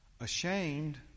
Ashamed